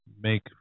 make